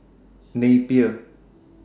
Napier